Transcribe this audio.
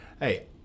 hey